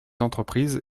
entreprises